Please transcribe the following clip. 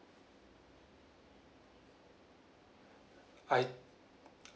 I